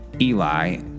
Eli